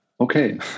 Okay